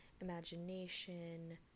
imagination